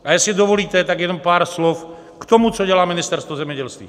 A jestli dovolíte, tak jenom pár slov k tomu, co dělá Ministerstvo zemědělství.